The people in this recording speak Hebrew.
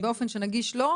באופן שנגיש לו,